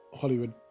Hollywood